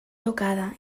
tocada